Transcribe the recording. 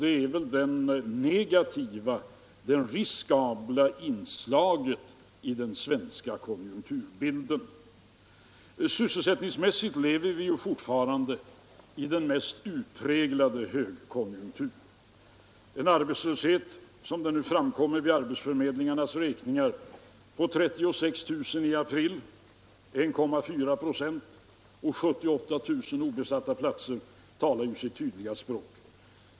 Det är väl det negativa, riskabla inslaget i den svenska konjunkturbilden. Sysselsättningsmässigt lever vi fortfarande i den mest utpräglade högkonjunktur. En arbetslöshet som den nu framkommer vid arbetsförmedlingarnas räkningar, omfattande 36 000 personer i april, 1,4 96, och 78 000 obesatta platser, talar sitt tydliga språk.